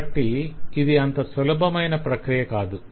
కాబట్టి ఇది అంత సులభమైన ప్రక్రియ కాదు